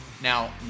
Now